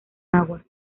agua